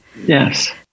Yes